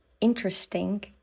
interesting